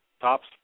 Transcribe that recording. tops